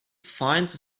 finds